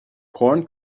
corn